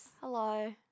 Hello